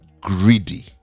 Greedy